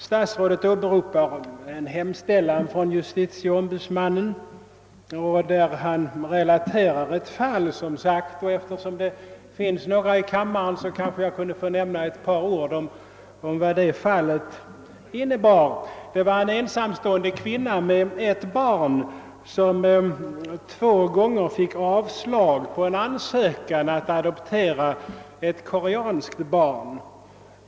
Statsrådet åberopade en hemställan från justitieombudsmannen, i vilken JO relaterat ett speciellt fall, och jag ber nu att helt kort få redogöra för det fallet. Det gällde en ensamstående kvinna med ett barn, som två gånger fått avslag på ansökan att adoptera ett koreanskt barn.